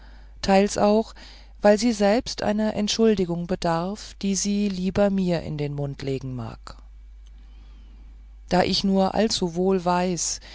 teils auch weil sie selbst einer entschuldigung bedarf die sie lieber mir in den mund legen mag da ich nur allzuwohl weiß